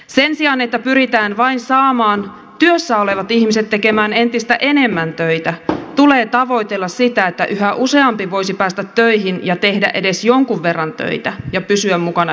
sen sijaan että pyritään vain saamaan työssä olevat ihmiset tekemään entistä enemmän töitä tulee tavoitella sitä että yhä useampi voisi päästä töihin ja tehdä edes jonkin verran töitä ja pysyä mukana yhteiskunnassa